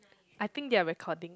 I think they are recording